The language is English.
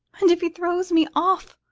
and if he throws me off,